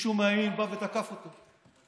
מישהו מהימין בא ותקף אותו.